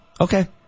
Okay